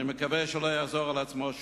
אני מקווה שלא יחזור על עצמו.